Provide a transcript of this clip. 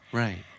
right